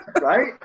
right